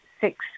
six